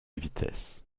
vitesse